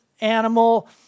animal